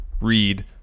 read